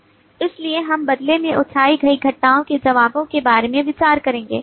इसलिए हम बदले में उठाई गई घटनाओं के जवाबों के बारे में विचार करेंगे